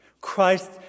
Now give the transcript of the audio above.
Christ